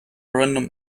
random